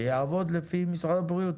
שיעבדו לפי משרד הבריאות.